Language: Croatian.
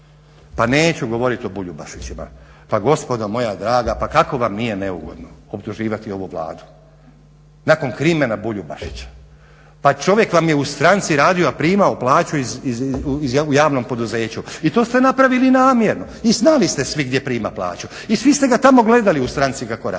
Pa neću govoriti o Buljubašićima pa gospodo moja draga pa kako vam nije neugodno optuživati ovu Vladu nakon krimena Buljbašića? Pa čovjek vam je u stranci radio a primao plaću u javnom poduzeću. I to ste napravili namjerno i znali ste svi gdje prima plaću i svi ste ga tamo gledali u stranci kako radi i